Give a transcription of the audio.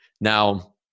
Now